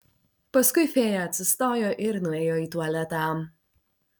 paskui fėja atsistojo ir nuėjo į tualetą